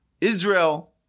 Israel